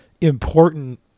important